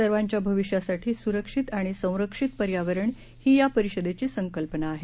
सर्वांच्याभविष्यासाठीसुरक्षितआणिसंरक्षितपर्यावर ण हीयापरिषदेचीसंकल्पनाआहे